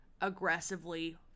aggressively